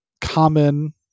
common